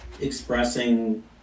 expressing